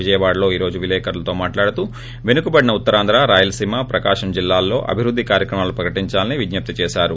విజయవాడలో ఈ రోజు విలేకరులతో మహట్లాడితూ వెనుకబడిన ఉత్తరాంధ్ర రాయలసీమ ప్రకాశం జిల్లాల్లో అభివృద్ధి కార్యక్రమాలు ప్రకటించాలని విజ్ఞప్తి చేశారు